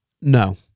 No